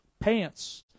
pants